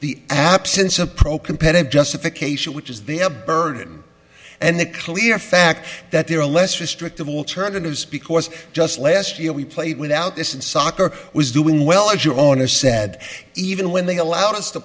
the absence of pro competitive justification which is the a burden and the clear back that there are less restrictive alternatives because just last year we played without this in soccer was doing well as your own has said even when they allowed us to